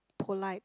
polite